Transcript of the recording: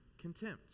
contempt